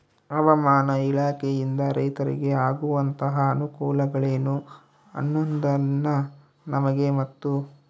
ಹವಾಮಾನ ಇಲಾಖೆಯಿಂದ ರೈತರಿಗೆ ಆಗುವಂತಹ ಅನುಕೂಲಗಳೇನು ಅನ್ನೋದನ್ನ ನಮಗೆ ಮತ್ತು?